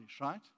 right